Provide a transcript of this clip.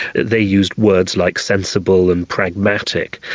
they used words like sensible and pragmatic.